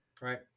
Right